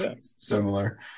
similar